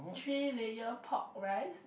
three layer pork rice